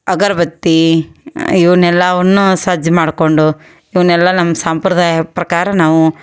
ಅಗರ ಬತ್ತಿ ಇವನ್ನೆಲ್ಲ ಅವನ್ನ ಸಜ್ಜು ಮಾಡಿಕೊಂಡು ಇವನ್ನೆಲ್ಲ ನಮ್ಮ ಸಂಪ್ರದಾಯ ಪ್ರಕಾರ ನಾವು